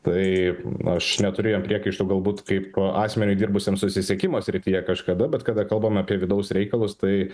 tai aš neturiu jam priekaištų galbūt kaip asmeniui dirbusiam susisiekimo srityje kažkada bet kada kalbam apie vidaus reikalus tai